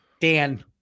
Dan